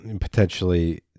potentially